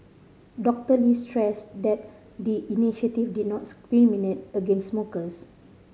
Doctor Lee stressed that the initiative did not discriminate against smokers